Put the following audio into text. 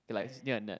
like it's near a net